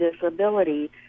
disability